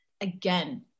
again